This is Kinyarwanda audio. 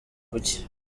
kuki